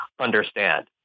understand